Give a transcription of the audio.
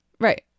Right